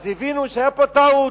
אז הבינו שהיתה פה טעות.